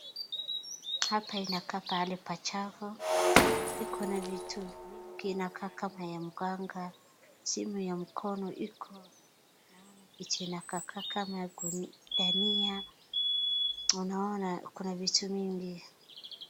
Hapa inakaa pahali pa chafu iko na vitu vingi inakaa kama ya mganga, simu ya mkono iko. Naona kitu inakaa kama dania, unaoana kuna vitu mingi.